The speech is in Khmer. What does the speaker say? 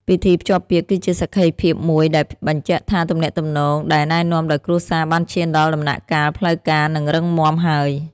ពិធីភ្ជាប់ពាក្យគឺជាសក្ខីភាពមួយដែលបញ្ជាក់ថា ទំនាក់ទំនងដែលណែនាំដោយគ្រួសារបានឈានដល់ដំណាក់កាលផ្លូវការ និងរឹងមាំហើយ។